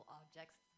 objects